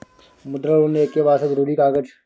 मुद्रा लोन लेके वास्ते जरुरी कागज?